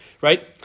right